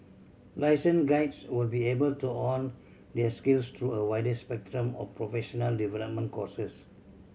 licensed guides will be able to hone their skills through a wider spectrum of professional development courses